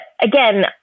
again